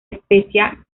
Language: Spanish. especia